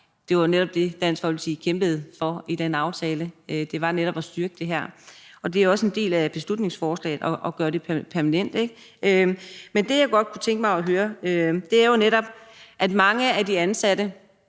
Det var netop det, Dansk Folkeparti kæmpede for i den aftale, altså det var netop at styrke det her. Og det er også en del af beslutningsforslaget at gøre det permanent. Men det, jeg godt kunne tænke mig at høre noget om, handler netop om, at mange af de ansatte